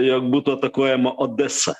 jog būtų atakuojama odesa